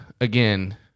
again